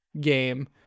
game